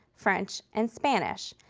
french, and spanish,